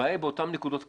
הבעיה היא באותן נקודות קצה,